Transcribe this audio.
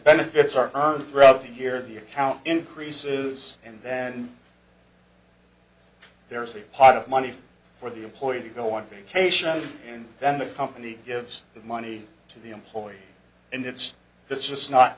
benefits are earned throughout the year the account increases and then there is a pot of money for the employee to go on vacation and then the company gives the money to the employee and it's just not